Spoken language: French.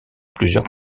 plusieurs